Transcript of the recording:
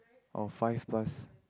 of five plus